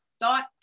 thought